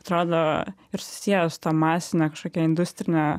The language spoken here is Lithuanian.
atrodo ir susieja su ta masine kažkokia industrine